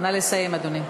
נא לסיים, אדוני.